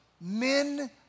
men